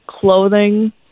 clothing